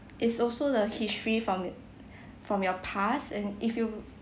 is also the history from from your past and if you